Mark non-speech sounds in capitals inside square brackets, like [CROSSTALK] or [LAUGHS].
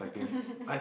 [LAUGHS]